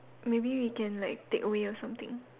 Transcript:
maybe we can like takeaway or something